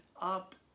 up